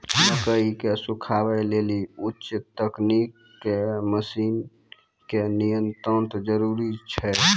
मकई के सुखावे लेली उच्च तकनीक के मसीन के नितांत जरूरी छैय?